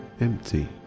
empty